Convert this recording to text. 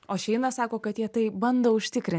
o šeinas sako kad jie tai bando užtikrin